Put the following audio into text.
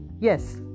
yes